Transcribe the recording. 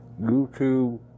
YouTube